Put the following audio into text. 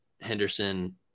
Henderson